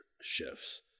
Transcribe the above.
shifts